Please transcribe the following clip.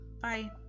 Bye